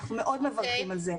אנחנו מאוד מברכים על זה.